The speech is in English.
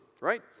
right